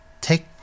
Take